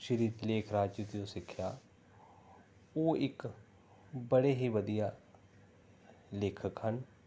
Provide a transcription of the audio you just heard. ਸ਼੍ਰੀ ਲੇਖ ਰਾਜ ਜੀ ਤੋਂ ਸਿੱਖਿਆ ਉਹ ਇੱਕ ਬੜੇ ਹੀ ਵਧੀਆ ਲੇਖਕ ਹਨ